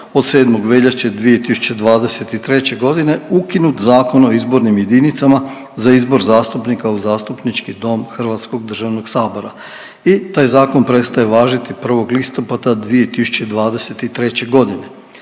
od 7. veljače 2023. g. ukinut Zakon o izbornim jedinicama za izbor zastupnika u zastupnički dom hrvatskog državnog Sabora i taj Zakon prestaje važiti 1. listopada 2023. g.